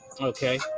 Okay